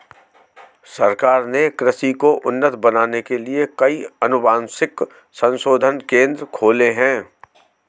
सरकार ने कृषि को उन्नत बनाने के लिए कई अनुवांशिक संशोधन केंद्र खोले हैं